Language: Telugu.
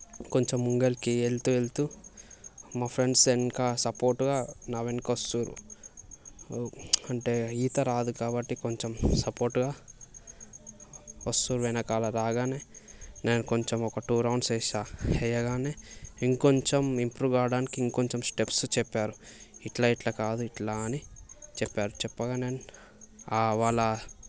కొంచెం ముందరికి వెళుతూ వెళుతూ మా ఫ్రెండ్స్ ఇంకా సపోర్టుగా నా వెనుక వస్తుండ్రు అంటే ఈత రాదు కాబట్టి కొంచెం సపోర్ట్గా వస్తుండ్రు ఎనకాల రాగానే నేను కొంచెం ఒక టూ రౌండ్స్ వేసా వేయగానే ఇంకొంచెం ఇంప్రూవ్ కావడానికి ఇంకొంచెం స్టెప్స్ చెప్పారు ఇట్లా ఇట్లా కాదు ఇట్లా అని చెప్పారు చెప్పగానే వాళ్ళ